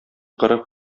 гореф